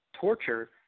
torture